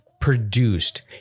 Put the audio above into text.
produced